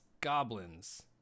goblins